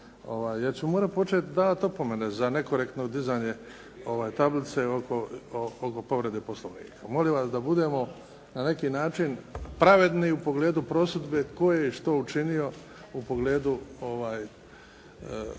jer ću morat počet davati opomene za nekorektno dizanje tablice oko povrede Poslovnika. Molim vas da budemo na neki način pravedni u pogledu prosudbe tko je i što učinio u pogledu ispravka